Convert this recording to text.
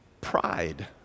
pride